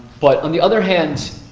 but on the other hand,